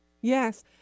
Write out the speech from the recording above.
yes